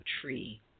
tree